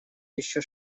еще